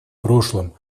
прошлым